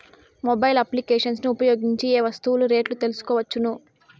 Mobile applications ను ఉపయోగించి ఏ ఏ వస్తువులు రేట్లు తెలుసుకోవచ్చును?